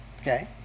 Okay